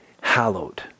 hallowed